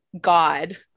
God